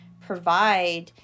provide